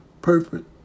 perfect